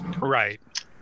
Right